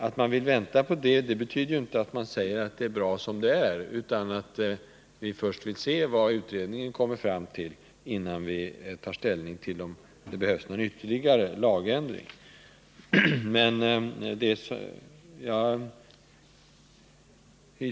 Att vi vill vänta på det resultatet betyder emellertid inte att vi anser att det är bra som det är, utan att vi först vill se vad utredningen säger innan vi tar ställning till om någon ytterligare lagändring krävs.